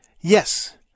Yes